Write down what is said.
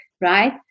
Right